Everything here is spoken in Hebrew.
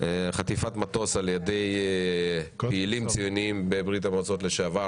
חטיפת מטוס על ידי פעילים ציוניים בברית המועצות לשעבר,